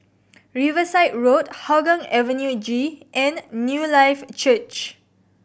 Riverside Road Hougang Avenue G and Newlife Church